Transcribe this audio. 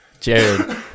Jared